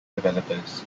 developers